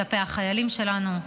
כלפי החיילים שלנו,